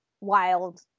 wild